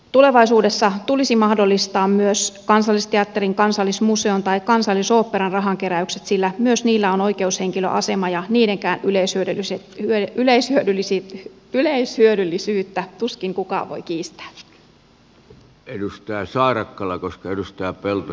tulevaisuudessa tulisi mahdollistaa myös kansallisteatterin kansallismuseon tai kansallisoopperan rahankeräykset sillä myös niillä on oikeushenkilöasema ja niidenkään yleisyyden ja se vei yleishyödyllisiin yleishyödyllisyyttä tuskin kukaan voi kiistää